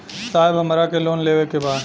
साहब हमरा के लोन लेवे के बा